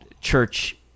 church